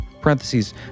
parentheses